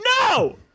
no